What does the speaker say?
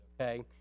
okay